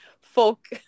Folk